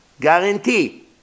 Guarantee